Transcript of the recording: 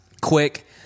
quick